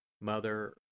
Mother